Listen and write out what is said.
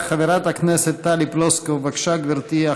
חברת הכנסת טלי פלוסקוב, בבקשה, גברתי.